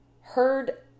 heard